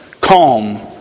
calm